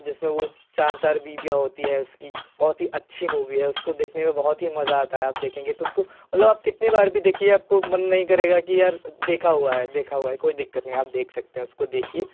जिसमें वह चार चार बीवियाँ होती है उसकी बहुत ही अच्छी मूवी है उसको देखने में बहुत ही मज़ा आता है आप देखेंगे तो उसको मतलब आप कितनी बार भी देखिए आपको मन नहीं करेगा कि यार देखा हुआ है देखा हुआ है कोई दिक्कत नहीं आप देख सकते हैं उसको देखिए